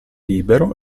libero